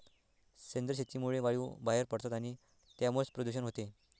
सेंद्रिय शेतीमुळे वायू बाहेर पडतात आणि त्यामुळेच प्रदूषण होते